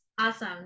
Awesome